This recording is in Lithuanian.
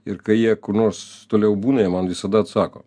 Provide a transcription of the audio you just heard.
ir kai jie kur nors toliau būna jie man visada atsako